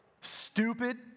Stupid